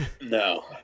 No